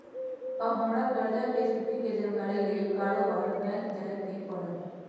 अब हमरा कर्जा के स्थिति के जानकारी लेल बारोबारे बैंक न जाय के परत्